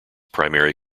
primary